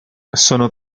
sono